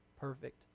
Perfect